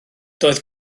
doedd